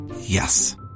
Yes